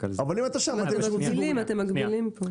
כי אם תהיה בו לא תוכל לעסוק בפעילות ציבורית